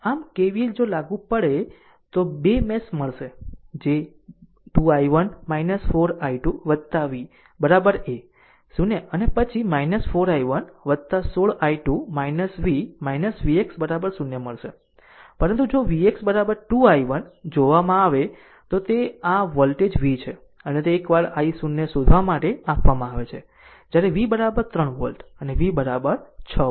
આમ KVL જો આ લાગુ પડે તો બે મેશ મળશે જે 2 i1 4 l 2 v a 0 અને પછી 4 i1 16 i2 v vx 0 મળશે પરંતુ જો vx 2 i1 જોવામાં આવે તો તે આ વોલ્ટેજ v છે અને તે એકવાર i0 શોધવા માટે આપવામાં આવે છે જ્યારે v 3 વોલ્ટ અને v 6 વોલ્ટ